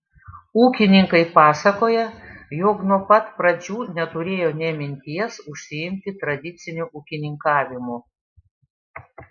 ūkininkai pasakoja jog nuo pat pradžių neturėjo nė minties užsiimti tradiciniu ūkininkavimu